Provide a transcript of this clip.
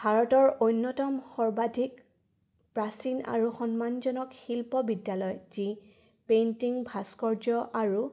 ভাৰতৰ অন্যতম সৰ্বাধিক প্ৰাচীন আৰু সন্মানজনক শিল্প বিদ্যালয় যি পেইণ্টিং ভাস্কৰ্য আৰু